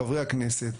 חברי הכנסת,